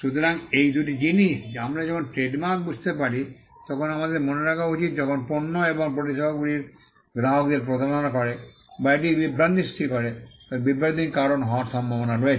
সুতরাং এই দুটি জিনিস আমরা যখন ট্রেডমার্ক বুঝতে পারি তখন আমাদের মনে রাখা উচিত যখন পণ্য এবং পরিষেবাগুলি গ্রাহকদের প্রতারণা করে বা এটি বিভ্রান্তি সৃষ্টি করে বা বিভ্রান্তির কারণ হওয়ার সম্ভাবনা রয়েছে